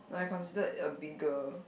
I considered a bigger